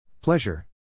Pleasure